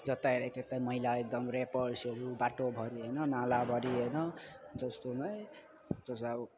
जता हेऱ्यो त्यतै मैला यता ऱ्यापर्सहरू बाटोभरि होइन नालाभरि होइन जस्तो